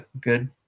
good